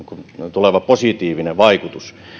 tuleva positiivinen vaikutus